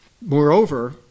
Moreover